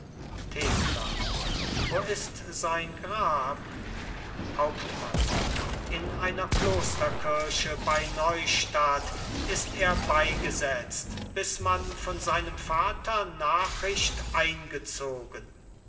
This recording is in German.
thekla wo ist sein grab hauptmann in einer klosterkirche bei neustadt ist er beigesetzt bis man von seinem vater nachricht eingezogen